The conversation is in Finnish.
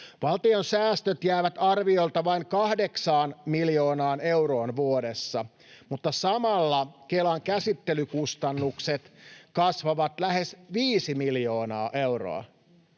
Valtion säästöt jäävät arviolta vain kahdeksaan miljoonaan euroon vuodessa, mutta samalla Kelan käsittelykustannukset kasvavat lähes viisi miljoonaa euroa.